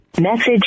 Message